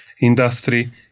industry